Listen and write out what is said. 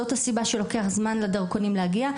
זאת הסיבה שלוקח זמן לדרכונים להגיע.